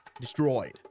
destroyed